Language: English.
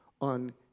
on